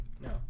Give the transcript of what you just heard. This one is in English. No